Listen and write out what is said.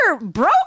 bro